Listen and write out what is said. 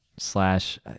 slash